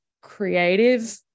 creative